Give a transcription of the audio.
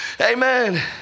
Amen